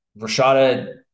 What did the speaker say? Rashada